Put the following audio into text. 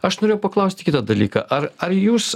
aš norėjau paklausti kitą dalyką ar ar jūs